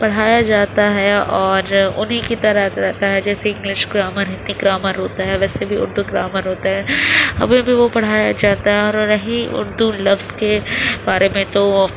پڑھایا جاتا ہے اور انہیں کی طرح رہتا ہے جیسے انگلش گرامر ہندی گرامر ہوتا ہے ویسے بھی اردو گرامر ہوتا ہے ہمیں بھی وہ پڑھایا جاتا ہے اور رہی اردو لفظ کے بارے میں تو وہ